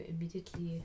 immediately